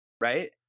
Right